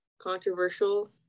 controversial